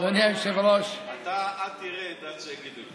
אדוני היושב-ראש, אתה, אל תרד עד שיגידו לך.